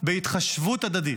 בהתחשבות הדדית.